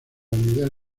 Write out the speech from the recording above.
unidad